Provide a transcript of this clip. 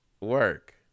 work